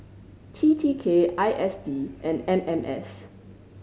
T T K I S D and M M S